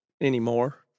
Anymore